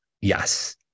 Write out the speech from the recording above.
yes